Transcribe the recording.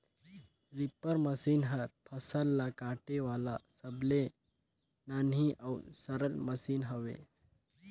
reaper machine हर फसल ल काटे वाला सबले नान्ही अउ सरल मसीन हवे